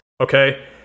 Okay